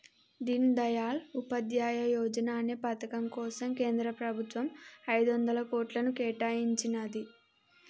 దీన్ దయాళ్ ఉపాధ్యాయ యోజనా అనే పథకం కోసం కేంద్ర ప్రభుత్వం ఐదొందల కోట్లను కేటాయించినాది